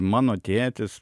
mano tėtis